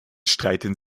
streiten